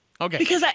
Okay